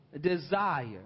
desire